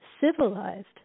civilized